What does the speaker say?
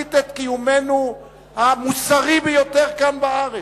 משמיט את קיומנו המוסרי ביותר כאן בארץ.